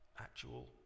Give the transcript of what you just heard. actual